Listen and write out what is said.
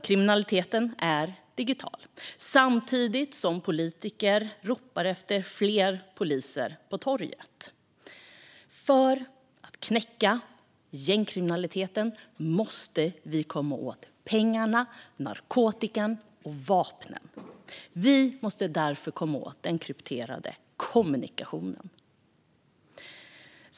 Kriminaliteten är digital samtidigt som politiker ropar efter fler poliser på torgen. För att knäcka gängkriminaliteten måste vi komma åt pengarna, narkotikan och vapnen. Vi måste därför komma åt den krypterade kommunikationen.